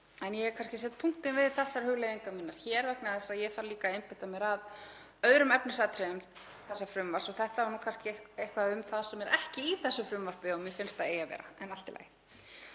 Ég set kannski punktinn við þessar hugleiðingar mínar hér vegna þess að ég þarf líka að einbeita mér að öðrum efnisatriðum þessa frumvarps og þetta var um eitthvað sem er ekki í þessu frumvarpi en mér finnst að ætti að vera þar. En allt í lagi.